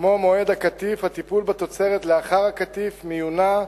כמו מועד הקטיף, הטיפול בתוצרת לאחר הקטיף, מיונה,